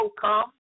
come